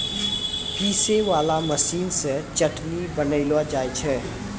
पीसै वाला मशीन से चटनी बनैलो जाय छै